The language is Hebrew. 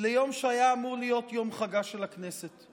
ליום שאמור היה להיות יום חגה של הכנסת.